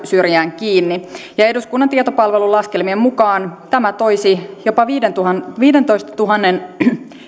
syrjään kiinni ja eduskunnan tietopalvelun laskelmien mukaan tämä toisi jopa viidentoistatuhannen